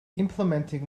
implementing